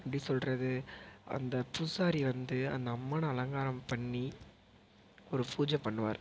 எப்படி சொல்லுறது அந்த பூசாரி வந்து அந்த அம்மனை அலங்காரம் பண்ணி ஒரு பூஜை பண்ணுவார்